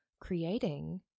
creating